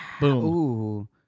Boom